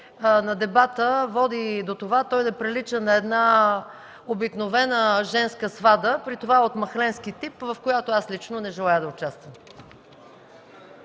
на дебата води до това той да прилича на една обикновена женска свада, при това от махленски тип, в която аз лично не желая да участвам.